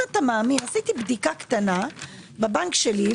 אתה מאמין עשיתי בדיקה קטנה בבנק שלי.